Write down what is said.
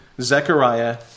Zechariah